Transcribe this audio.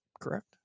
correct